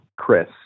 Chris